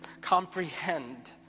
comprehend